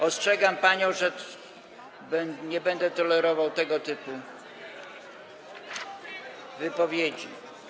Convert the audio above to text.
Ostrzegam panią, że nie będę tolerował tego typu wypowiedzi.